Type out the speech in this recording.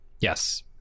yes